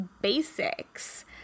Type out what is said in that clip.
Basics